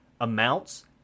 amounts